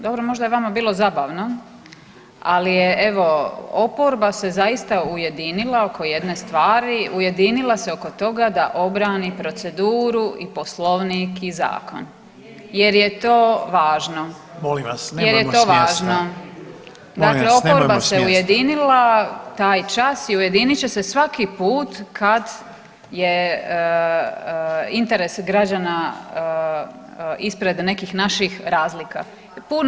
Dobro možda je vama bilo zabavno, ali je evo oporba se zaista ujedinila oko jedne stvari, ujedinila se oko toga da obrani proceduru i Poslovnik i zakon jer je to važno [[Upadica Reiner: Molim vas nemojmo s mjesta!]] Dakle, oporba se ujedinila taj čas i ujedinit će se svaki put kad je interes građana ispred nekih naših razlika.